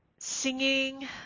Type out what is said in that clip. Singing